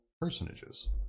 personages